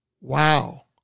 Wow